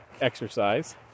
exercise